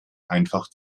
einfach